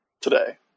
today